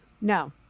no